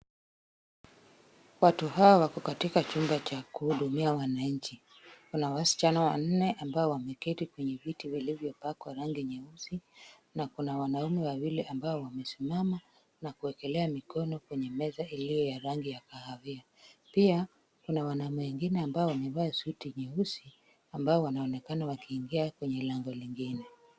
Watu hawa wako katika chumba cha kuhudumia wananchi. Kuna wasichana wanne ambao wameketi kwenye viti vilivyopakwa rangi nyeusi na kuna wanaume wawili ambao wamesimama na kuwekelea mikono kwenye meza ambayo ni ya rangi ya kahawia. Pia, kuna wanaume wengine ambao wamevaa suti nyeusi, ambao wanaonekana wakiingia kwenye lango lingine.